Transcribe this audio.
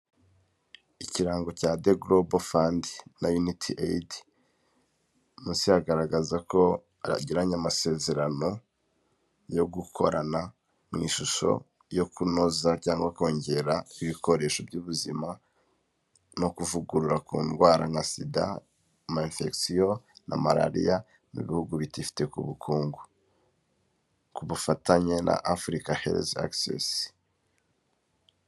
Ikirango cya de Gorobo Fandi na Yuniti Eyidi munsi hagaragaza ko bagiranye amasezerano yo gukorana, mu ishusho yo kunoza cyangwa kongera ibikoresho by'ubuzima no kuvugurura ku ndwara nka Sida, ama imfegisiyo na malariya mu bihugu bitifite ku bukungu, ku bufatanye na Afurika hezi agisesi.